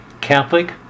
Catholic